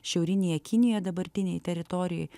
šiaurinėje kinijoje dabartinėj teritorijoj